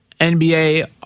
NBA